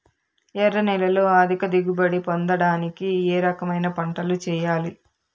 ఎర్ర నేలలో అధిక దిగుబడి పొందడానికి ఏ రకమైన పంటలు చేయాలి?